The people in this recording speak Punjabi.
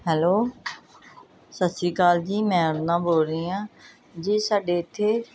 ਹੈਲੋ ਸਤਿ ਸ਼੍ਰੀ ਅਕਾਲ ਜੀ ਮੈਂ ਅਰੁਣਾ ਬੋਲ ਰਹੀ ਹਾਂ ਜੀ ਸਾਡੇ ਇੱਥੇ